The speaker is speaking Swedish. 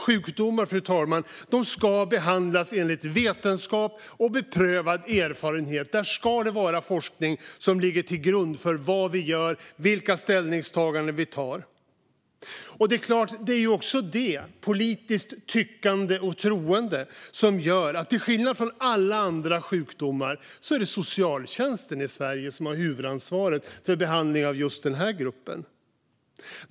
Sjukdomar ska behandlas enligt vetenskap och beprövad erfarenhet. Där ska det vara forskning som ligger till grund för vad vi gör och vilka ställningstaganden vi gör. Det är också politiskt tyckande och troende som gör att det till skillnad från när det gäller alla andra sjukdomar är socialtjänsten som har huvudansvaret för behandling av just den här gruppen.